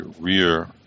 rear